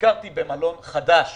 ביקרתי במלון חדש